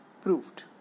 proved